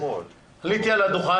עליתי על הדוכן,